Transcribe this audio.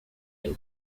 been